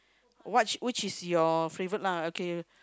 what which is you favourite lah okay